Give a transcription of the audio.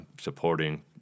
supporting